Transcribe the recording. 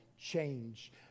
change